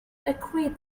agree